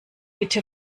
bitte